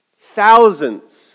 thousands